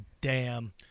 damn-